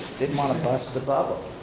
didn't wanna bust the bubble.